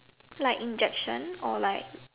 like injection or like